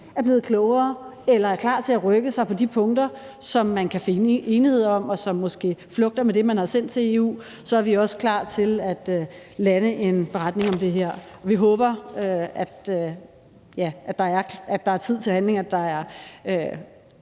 er blevet klogere eller er klar til at rykke sig på de punkter, som man kan finde en enighed om, og som måske flugter med det, man har sendt til EU, så er vi også klar til at lande en beretning om det her, og vi håber, at der er tid til handling, og at der er